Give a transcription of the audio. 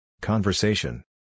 Conversation